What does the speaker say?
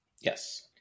Yes